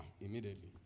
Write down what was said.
immediately